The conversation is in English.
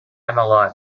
lot